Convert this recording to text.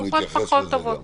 ותקופות פחות טובות.